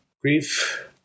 Grief